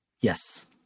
Yes